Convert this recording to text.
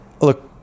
Look